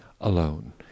alone